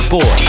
Boy